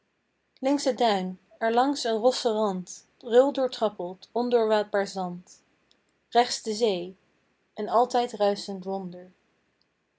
links het duin er langs een rosse rand rul doortrappeld ondoorwaadbaar zand rechts de zee een altijd ruischend wonder